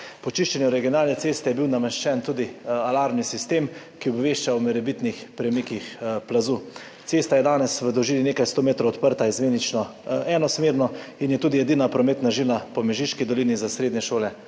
Po čiščenju regionalne ceste je bil nameščen tudi alarmni sistem, ki obvešča o morebitnih premikih plazu. Cesta je danes v dolžini nekaj sto metrov odprta izmenično enosmerno in je tudi edina prometna žila po Mežiški dolini za srednje šole,